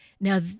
Now